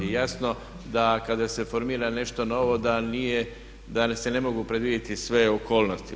Jasno da kada se formira nešto novo da nije, da se ne mogu predvidjeti sve okolnosti.